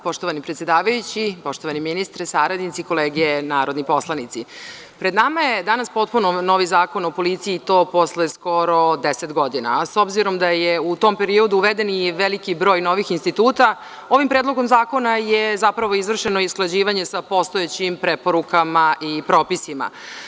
Poštovani predsedavajući, poštovani ministre sa saradnicima i kolege narodni poslanici, pred nama je danas potpuno jedan novi Zakon o policiji i to posle 10 godina, a s obzirom da je u tom periodu uveden i veliki broj novih instituta, ovim predlogom zakona je zapravo izvršeno usklađivanje sa postojećim preporukama i propisima.